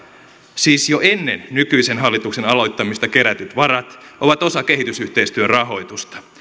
siis jo ennen nykyisen hallituksen aloittamista kerätyt varat ovat osa kehitysyhteistyön rahoitusta